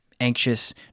anxious